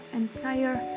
entire